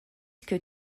que